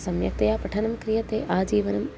सम्यक्तया पठनं क्रियते आजीवनम्